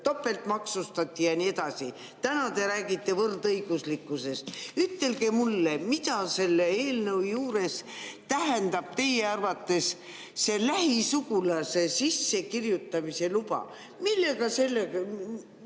topeltmaksustati ja nii edasi. Täna te räägite võrdõiguslikkusest. Ütelge mulle, mida selles eelnõus tähendab teie arvates see lähisugulase sissekirjutamise luba. Mis sellest